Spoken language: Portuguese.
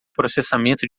processamento